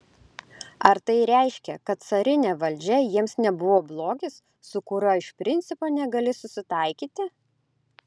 ar tai reiškia kad carinė valdžia jiems nebuvo blogis su kuriuo iš principo negali susitaikyti